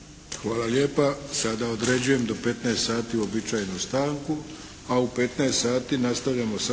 Hvala lijepa. Sada određujem do 15 sati uobičajenu stanku, a u 15 sati nastavljamo s